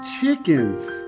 chickens